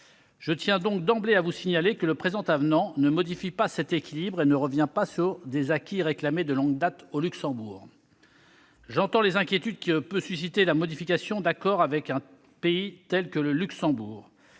Je tiens d'emblée à vous signaler que le présent avenant ne modifie pas cet équilibre et ne revient pas sur des acquis réclamés de longue date au Luxembourg. J'entends les inquiétudes que peut susciter la modification d'accords avec un pays tel que le Luxembourg.